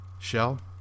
Shell